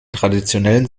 traditionellen